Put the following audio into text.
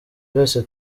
byose